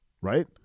Right